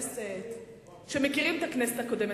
כשאנחנו מדברים בביטוח לאומי,